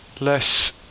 less